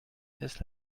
this